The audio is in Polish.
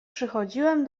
przychodziłem